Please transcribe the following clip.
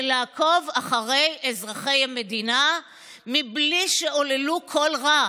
לעקוב אחרי אזרחי המדינה מבלי שעוללו כל רע,